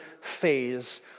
phase